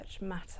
matter